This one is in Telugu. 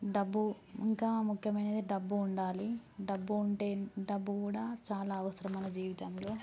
డబ్బు ఇంకా ముఖ్యమైనది డబ్బు ఉండాలి డబ్బు ఉంటే డబ్బు కూడా చాలా అవసరం మన జీవితంలో